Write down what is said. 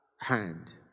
hand